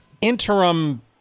interim